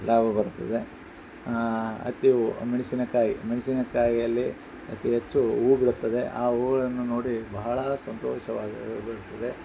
ಲಾಭ ಬರ್ತದೆ ಹತ್ತಿವ್ ಮೆಣಸಿನಕಾಯಿ ಮೆಣಸಿನಕಾಯಿಯಲ್ಲಿ ಅತೀ ಹೆಚ್ಚು ಹೂವು ಬಿಡುತ್ತದೆ ಆ ಹೂವುಗಳನ್ನು ನೋಡಿ ಬಹಳ ಸಂತೋಷವಾಗಿ ಬಿಡುತ್ತದೆ